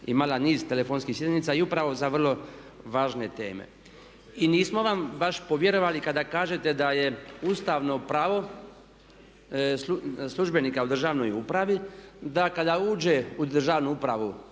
imali niz telefonskih sjednica i upravo za vrlo važne teme. I nismo vam baš povjerovali kada kažete da je ustavno pravo službenika u državnoj upravi da kada uđe u državnu upravu